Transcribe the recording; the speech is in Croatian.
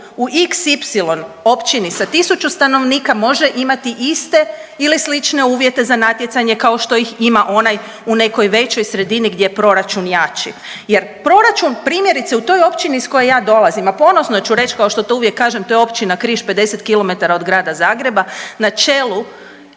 u xy općini sa 1000 stanovnika može imati iste ili slične uvjete za natjecanje kao što ih ima onaj u nekoj većoj sredini gdje je proračun jači jer proračun, primjerice, u toj općini iz koje ja dolazim, a ponosno ću reći, kao što to uvijek kaže, to je općina Križ, 50 km od Grada Zagreba, na čelu